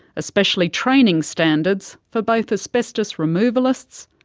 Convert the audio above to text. especially training standards for both asbestos removalists,